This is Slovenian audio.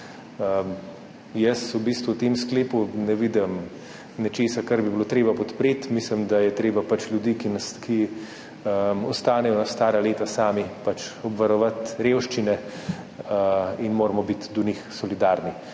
v tem sklepu ne vidim nečesa, kar bi bilo treba podpreti. Mislim, da je treba ljudi, ki ostanejo na stara leta sami, obvarovati revščine in moramo biti do njih solidarni.